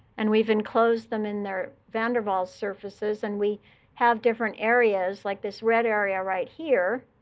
and we've enclosed them in their van der waals surfaces. and we have different areas like this red area right here,